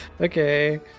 okay